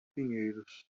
pinheiros